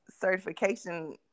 certification